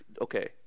Okay